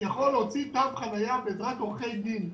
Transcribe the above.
יכול להוציא תו חנייה בעזרת עורכי דין.